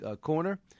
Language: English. corner